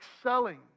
excelling